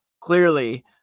clearly